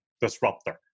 disruptor